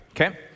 okay